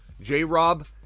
J-Rob